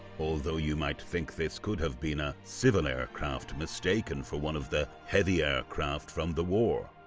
although you might think this could have been a civil aircraft, mistaken for one of the heavy aircraft from the war.